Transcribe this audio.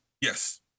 Yes